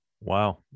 Wow